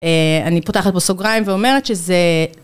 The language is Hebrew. אני פותחת פה סוגריים ואומרת שזה...